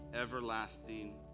everlasting